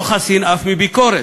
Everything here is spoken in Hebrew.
לא חסין אף לביקורת.